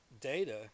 data